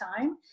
time